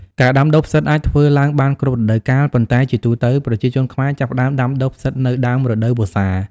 ការដាំដុះផ្សិតអាចធ្វើឡើងបានគ្រប់រដូវកាល ប៉ុន្តែជាទូទៅ ប្រជាជនខ្មែរចាប់ផ្ដើមដាំដុះផ្សិតនៅ ដើមរដូវវស្សា។